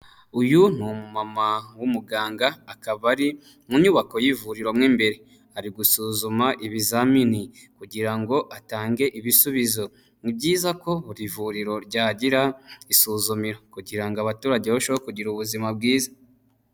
Uyu ni umumama w'umuganga, akaba ari mu nyubako y'ivuriro mo imbere. Ari gusuzuma ibizamini kugira ngo atange ibisubizo. Ni byiza ko buri vuriro ryagira isuzumiro kugira ngo abaturage barusheho kugira ubuzima bwiza.